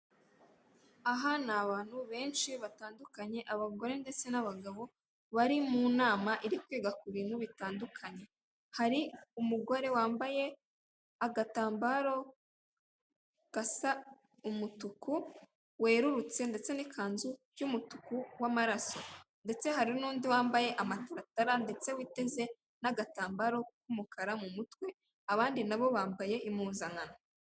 Aha ni abantu benshi batandukanye abagore ndetse n'abagabo bari mu nama iri kwiga ku bintu bitandukanye, hari umugore wambaye agatambaro gasa umutuku werurutse ndetse n'ikanzu y'umutuku w'amaraso, ndetse hari n'undi wambaye amataratara ndetse witeze n'agatambaro k'umukara mu mutwe abandi nabo bambaye impuzankano.